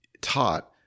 taught